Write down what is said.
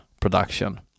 production